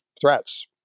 threats